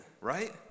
right